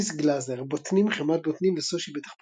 פיליס גלזר, בוטנים, חמאת בוטנים וסושי בתחפושת,